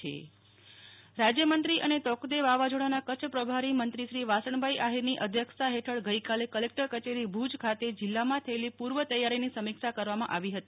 Nehal Thakkar Kutch collector કચેરી સમીક્ષા બેઠક રાજયમંત્રી અને તોકતે વાવાઝો ાંના કચ્છ પ્રભારી મંત્રીશ્રી વાસણભાઇ આહિરની અધ્યક્ષતા હેઠળ ગઈકાલે કલેકટર કચેરી ભુજ ખાતે જિલ્લામાં થયેલી પૂર્વ તૈયારીની સમીક્ષા કરવામાં આવી હતી